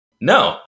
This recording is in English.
No